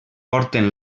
porten